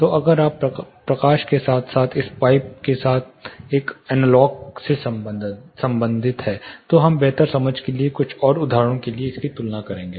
तो अगर आप प्रकाश के साथ साथ इस पाइप के साथ एक एनालॉग से संबंधित हैं तो हम बेहतर समझ के लिए कुछ और उदाहरणों के लिए इसकी तुलना करेंगे